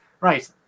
Right